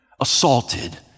assaulted